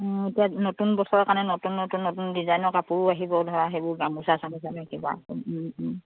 এতিয়া নতুন বছৰৰ কাৰণে নতুন নতুন নতুন ডিজাইনৰ কাপোৰো আহিব ধৰা সেইবোৰ গামোচা চামোচা কিবা